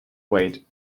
wait